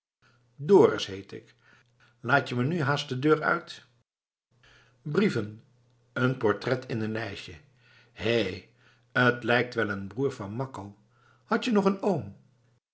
dorus heet ik laat je me nu haast de deur uit brieven een portret in een lijstje hé t lijkt wel een broer van makko had je nog een oom